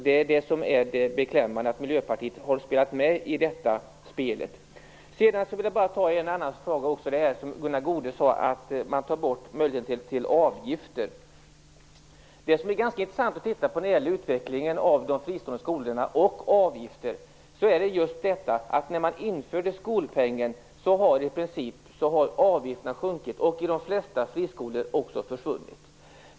Det är det som är det beklämmande, att Miljöpartiet har spelat med i detta spel. Jag vill ta upp en annan fråga också. Gunnar Goude sade att man tar bort möjligheten till avgifter. Det skall det bli ganska intressant att titta närmare på. Utvecklingen av de fristående skolorna och avgifterna visar just att sedan man infört skolpengen har avgifterna sjunkit och i de flesta friskolor också försvunnit.